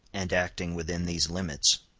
and acting within these limits,